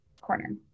corner